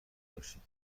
باشید